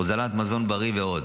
הוזלת מזון בריא ועוד,